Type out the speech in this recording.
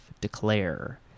Declare